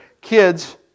kids